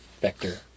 vector